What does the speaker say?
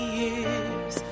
years